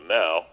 now